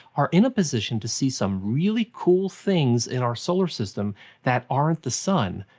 are in a position to see some really cool things in our solar system that aren't the sun.